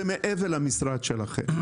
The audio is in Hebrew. זה מעבר למשרד שלכם,